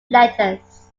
letters